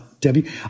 Debbie